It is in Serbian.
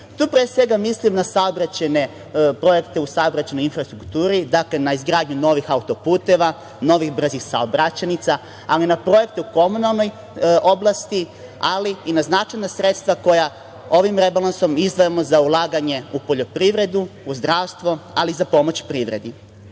Tu pre svega mislim na projekte u saobraćajnoj infrastrukturi, dakle, na izgradnju novih auto-puteva, novih brzih saobraćajnica, ali i na projekte u komunalnoj oblasti, ali i na značajna sredstva koja ovim rebalansom izdvajamo za ulaganje u poljoprivredu, u zdravstvo, ali i za pomoć privredi. Ekonomski